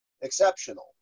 exceptional